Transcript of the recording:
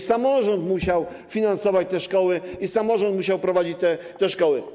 Samorząd musiał finansować te szkoły, samorząd musiał prowadzić te szkoły.